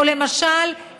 או למשל,